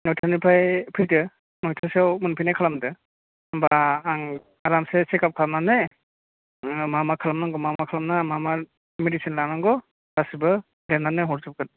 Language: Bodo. नयतानिफ्राय फैदो नयतासोआव मोनफैनाय खालामदो होनबा आं आरामसे सेकआप खालामनानै नोंहा मा मा खालामनांगौ मा मा खालामनाङा मा मा मेदिसिन लानांगौ गासैबो लिरनानै हरजोबगोन